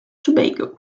tobago